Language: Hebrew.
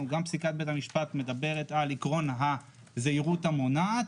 גם פסיקת בית המשפט מדברים על עיקרון הזהירות המונעת